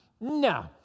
no